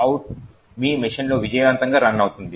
out మి మెషీన్లో విజయవంతంగా రన్ అవుతుంది